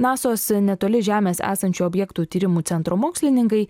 nasos netoli žemės esančių objektų tyrimų centro mokslininkai